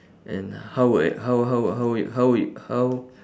and how we~ how how how it how it how